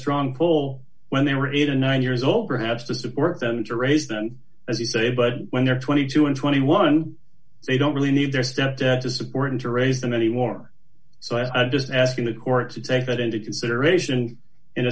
strong pull when they were eight or nine years old perhaps to support them to raise them as you say but when they're twenty two and twenty one they don't really need their stepdad to support and to raise them anymore so i just asking the court to take that into consideration in